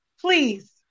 please